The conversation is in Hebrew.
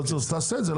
אז תעשה את זה.